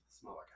smaller